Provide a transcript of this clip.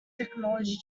technology